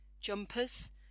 jumpers